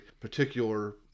particular